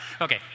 Okay